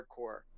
hardcore